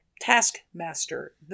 Taskmaster